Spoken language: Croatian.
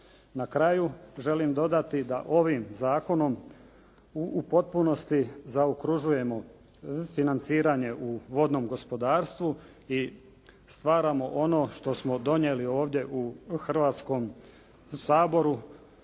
Na kraju želim dodati da ovim zakonom u potpunosti zaokružujemo financiranje u vodnom gospodarstvu i stvaramo ono što smo donijeli ovdje u Hrvatskom saboru